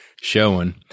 showing